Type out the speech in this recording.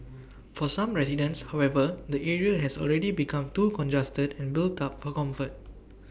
for some residents however the area has already become too congested and built up for comfort